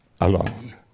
alone